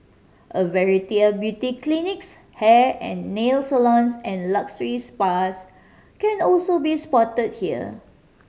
a variety of beauty clinics hair and nail salons and luxury spas can also be spotted here